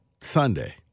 Sunday